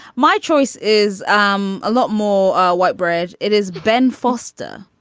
my choice is um a lot more whitebread. it is ben foster.